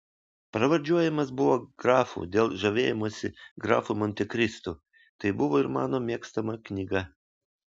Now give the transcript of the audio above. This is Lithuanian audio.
pravardžiuojamas buvo grafu dėl žavėjimosi grafu montekristu tai buvo ir mano mėgstama knyga